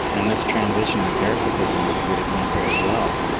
and this transition to parasitism is a good example as well.